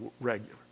regular